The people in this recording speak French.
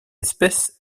espèces